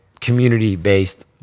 community-based